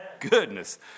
goodness